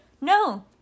no